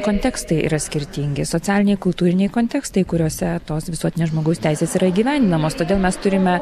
kontekstai yra skirtingi socialiniai kultūriniai kontekstai kuriuose tos visuotinės žmogaus teisės yra įgyvendinamos todėl mes turime